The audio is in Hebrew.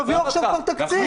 תביאו עכשיו חוק תקציב.